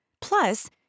Plus